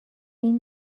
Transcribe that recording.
این